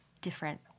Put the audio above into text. different